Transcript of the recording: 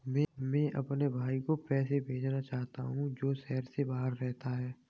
मैं अपने भाई को पैसे भेजना चाहता हूँ जो शहर से बाहर रहता है